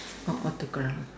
orh autograph